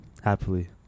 Happily